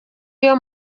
iyo